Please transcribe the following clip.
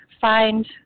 find